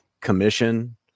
commission